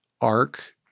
arc